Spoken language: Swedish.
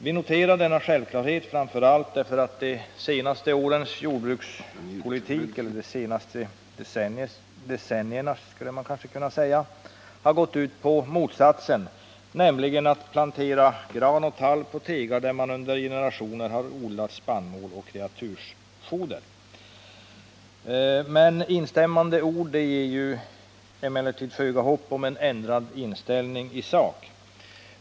Vi noterar denna sjävklarhet framför allt därför att de senaste årens jordbrukspolitik — de senaste decenniernas, skulle man kanske kunna säga — har gått ut på motsatsen, nämligen att plantera gran och tall på tegar där man under generationer odlat spannmål och kreatursfoder. Instämmande i ord ger emellertid föga hopp om en ändrad inställning i sak.